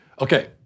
Okay